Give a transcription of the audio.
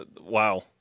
Wow